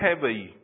heavy